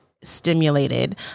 stimulated